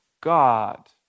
God